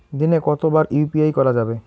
দিনে কতবার ইউ.পি.আই করা যাবে?